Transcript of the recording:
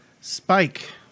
Spike